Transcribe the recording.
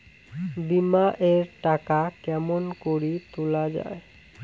বিমা এর টাকা কেমন করি তুলা য়ায়?